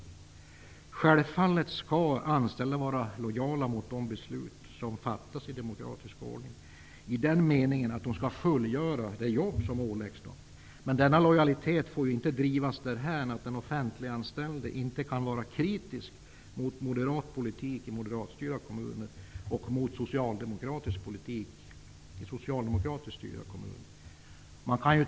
Självfallet skall anställda vara lojala mot beslut som fattas i demokratisk ordning -- i den meningen att de skall fullgöra det jobb som åläggs dem. Men denna lojalitet får inte drivas därhän att en offentliganställd inte kan vara kritisk mot moderat politik i moderatstyrda kommuner och mot socialdemokratisk politik i socialdemokratiskt styrda kommuner.